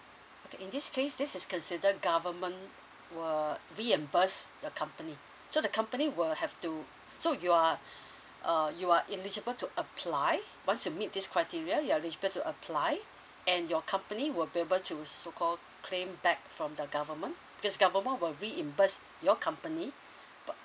okay in this case this is considered government will reimburse the company so the company will have to so you are uh you are eligible to apply once you meet this criteria you're eligible to apply and your company will be able to so called claim back from the government because government will reimburse your company but